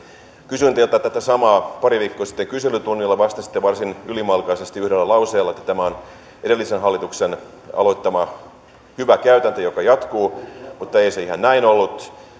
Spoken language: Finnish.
kysyin teiltä tätä samaa pari viikkoa sitten kyselytunnilla vastasitte varsin ylimalkaisesti yhdellä lauseella että tämä on edellisen hallituksen aloittama hyvä käytäntö joka jatkuu mutta ei se ihan näin ollut